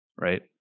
Right